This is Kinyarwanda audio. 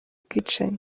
bwicanyi